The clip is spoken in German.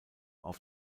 auf